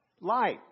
light